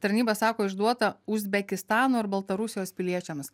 tarnyba sako išduota uzbekistano ir baltarusijos piliečiams